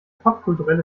popkulturelle